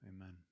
Amen